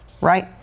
right